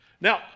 Now